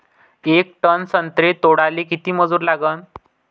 येक टन संत्रे तोडाले किती मजूर लागन?